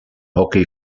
hockey